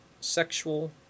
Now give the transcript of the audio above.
sexual